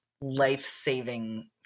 life-saving